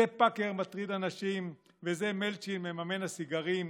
זה פאקר מטריד הנשים, וזה מילצ'ן מממן הסיגרים,